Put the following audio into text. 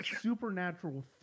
supernatural